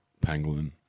pangolin